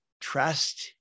trust